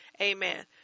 Amen